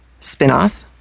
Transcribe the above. spinoff